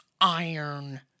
iron